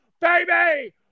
baby